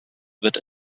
wird